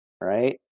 right